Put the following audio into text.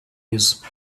wise